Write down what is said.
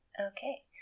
Okay